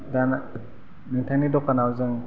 दा नोंथांनि दखानाव जों